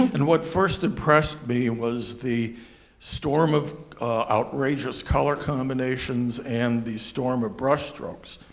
and what first impressed me was the storm of outrageous color combinations and the storm of brushstrokes.